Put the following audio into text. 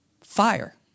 Fire